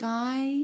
Sky